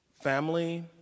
family